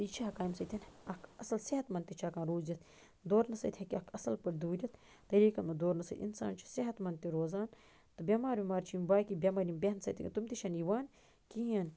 تہٕ یہِ چھُ ہیٚکان اَمہِ سۭتۍ اَکھ اَصٕل صیٚحت منٛد تہِ چھُ ہیٚکان روٗزتھ دورٕ نہٕ سۭتۍ ہیکہِ اَکھ اَصٕل پٲٹھۍ دوٗرِتھ تعٲریٖقس منٛز دورنہٕ سۭتۍ اِنسان چھُ صیٚحت منٛد تہِ روزان تہِ بیٚمارِ ویٚمار چھِ یِم باقٕے بیٚمارِ بہنہٕ سۭتۍ تٔم تہِ چھنہٕ یِوان کِہیٖںۍ